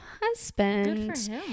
husband